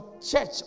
church